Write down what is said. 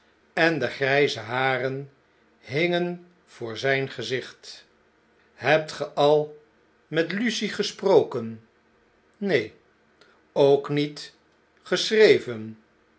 op de hand rusten endegrtjze haren hingen voor zfln gezicht hebt ge al met lucie gesproken j neen ook niet geschreven